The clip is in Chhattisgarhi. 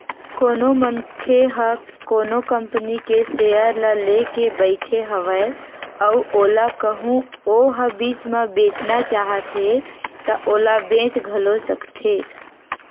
कोनो मनखे ह कोनो कंपनी के सेयर ल लेके बइठे हवय अउ ओला कहूँ ओहा बीच म बेचना चाहत हे ता ओला बेच घलो सकत हे